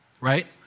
right